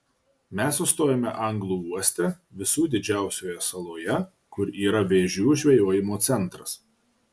mes sustojome anglų uoste visų didžiausioje saloje kur yra vėžių žvejojimo centras